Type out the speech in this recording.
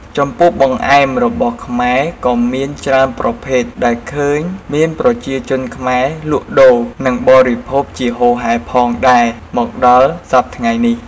ចំពោះបង្អែមរបស់ខ្មែរក៏មានច្រើនប្រភេទដែលឃើញមានប្រជាជនខ្មែរលក់ដូរនិងបរិភោគជាហូរហែផងដែរមកដល់សព្វថ្ងៃនេះ។